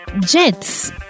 jets